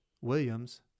Williams